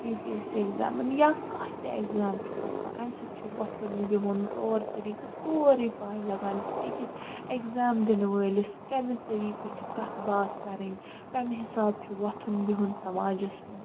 U P S C ایٚگزامَن یا کانٛہہ تہِ ایٚگزام چھُ آسان اَمہِ سۭتۍ چھُ وۄتھُن بِہُن طور طریٖقہٕ سورُے پاے لَگان کہِ أکِس ایٚگزام دِنہٕ وٲلِس کَمہِ طریٖقہٕ چھِ کَتھ باتھ کَرٕنۍ کَمہِ حسابہٕ چھُ وۄتھُن بِہُن سماجس منٛز